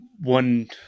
one